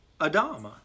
Adama